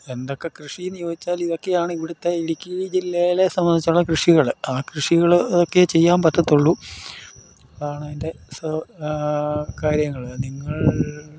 എന്തൊക്കെ കൃഷി എന്നു ചോദിച്ചാൽ ഇതൊക്കെയാണ് ഇവിടത്തെ ഇടുക്കി ജില്ലയിലെ സംബന്ധിച്ചുള്ള കൃഷികൾ ആ കൃഷികൾ ഇതൊക്കെ ചെയ്യാൻ പറ്റത്തുള്ളു അതാണ് അതിൻ്റെ കാര്യങ്ങൾ നിങ്ങൾ